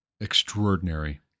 extraordinary